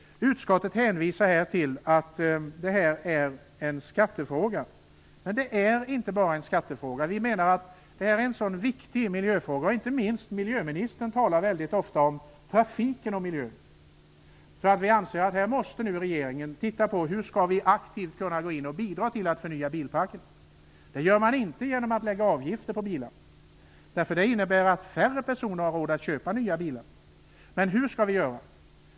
Utskottet hänvisar till att det här är en skattefråga. Vi menar att det inte bara är det. Det här är en så viktig miljöfråga - inte minst miljöministern talar ofta om trafiken och miljön - att regeringen nu måste titta på hur vi aktivt skall kunna bidra till att förnya bilparken. Det gör man inte genom att lägga avgifter på bilar. Det skulle innebära att färre personer hade råd att köpa nya bilar. Men hur skall vi göra?